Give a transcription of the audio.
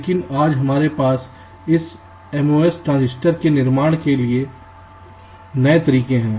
लेकिन आज हमारे पास इस MOS ट्रांजिस्टर के निर्माण के नए तरीके हैं